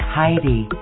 Heidi